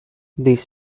these